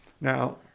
Now